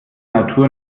natur